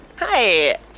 Hi